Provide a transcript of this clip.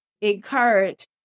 encourage